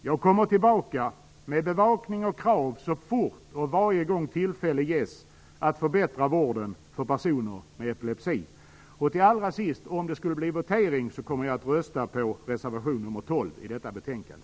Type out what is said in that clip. Jag kommer tillbaka med bevakning och krav så fort tillfälle ges att förbättra vården för personer med epilepsi. Om det skulle bli votering kommer jag att rösta för reservation nr 12 i detta betänkande.